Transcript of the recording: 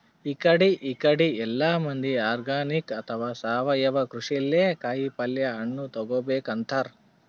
ಇಕಡಿ ಇಕಡಿ ಎಲ್ಲಾ ಮಂದಿ ಆರ್ಗಾನಿಕ್ ಅಥವಾ ಸಾವಯವ ಕೃಷಿಲೇ ಕಾಯಿಪಲ್ಯ ಹಣ್ಣ್ ತಗೋಬೇಕ್ ಅಂತಾರ್